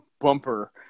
bumper